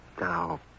now